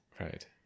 Right